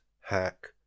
hack